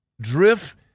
drift